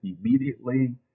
immediately